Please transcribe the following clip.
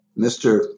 Mr